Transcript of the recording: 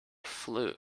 flue